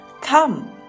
Come